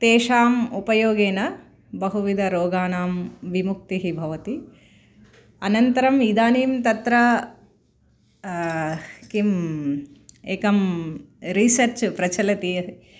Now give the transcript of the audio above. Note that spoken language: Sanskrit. तेषाम् उपयोगेन बहुविधरोगाणां विमुक्तिः भवति अनन्तरम् इदानीं तत्र किम् एकं रीसर्च् प्रचलति यत्